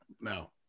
no